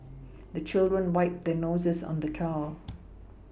the children wipe their noses on the towel